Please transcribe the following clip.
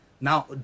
now